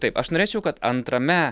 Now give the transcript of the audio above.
taip aš norėčiau kad antrame